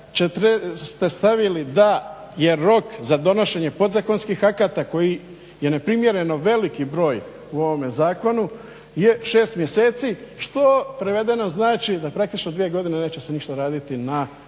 se stavili da je rok za donošenje podzakonskih akata kojih je neprimjereno veliki broj u ovome zakonu, je 6 mjeseci što prevedeno znači da praktično dvije godine neće se ništa raditi na